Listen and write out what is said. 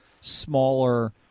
smaller